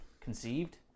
conceived